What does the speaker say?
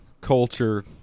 culture